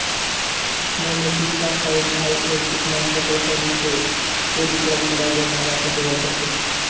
nematicide हाई एक किडानाशक रासायनिक शे ते दूसरा किडाले मारा साठे वापरतस